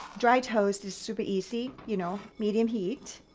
dry toast is super easy. you know medium heat.